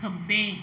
ਖੱਬੇ